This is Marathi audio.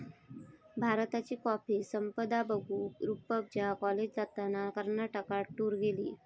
भारताची कॉफी संपदा बघूक रूपच्या कॉलेजातना कर्नाटकात टूर गेली